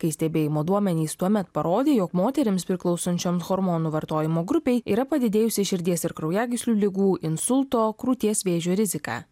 kai stebėjimo duomenys tuomet parodė jog moterims priklausančiom hormonų vartojimo grupei yra padidėjusi širdies ir kraujagyslių ligų insulto krūties vėžio rizika